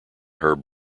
herb